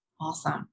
Awesome